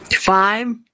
Five